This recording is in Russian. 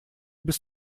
без